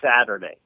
Saturday